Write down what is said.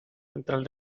central